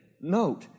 note